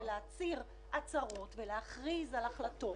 להצהיר הצהרות ולהכריז על החלטות